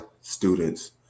students